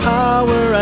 power